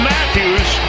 Matthews